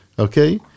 Okay